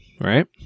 right